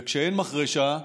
וכשאין מחרשה,